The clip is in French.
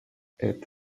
est